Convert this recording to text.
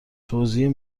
توزیع